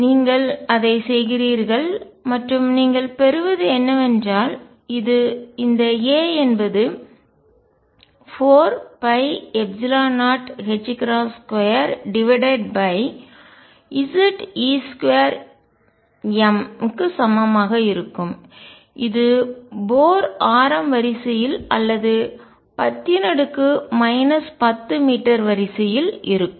நீங்கள் அதைச் செய்கிறீர்கள் மற்றும் நீங்கள் பெறுவது என்னவென்றால் இது இந்த a என்பது 4π02Ze2m க்கு சமமாக இருக்கும் இது போர் ஆரம் வரிசையில் அல்லது 10 10 மீட்டர் வரிசையில் இருக்கும்